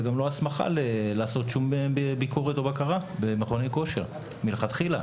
וגם לא הסמכה לעשות שום ביקורת או בקרה במכוני כושר מלכתחילה.